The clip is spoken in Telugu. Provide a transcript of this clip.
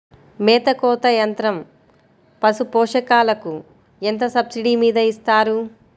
మేత కోత యంత్రం పశుపోషకాలకు ఎంత సబ్సిడీ మీద ఇస్తారు?